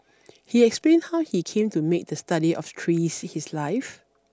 he explained how he came to make the study of trees his life